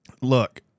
Look